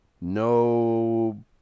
No